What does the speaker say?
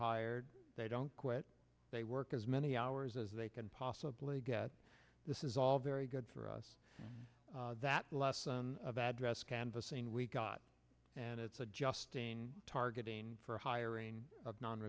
hired they don't quit they work as many hours as they can possibly get this is all very good for us that a lot of address canvassing we've got and it's adjusting targeting for hiring of non